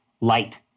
light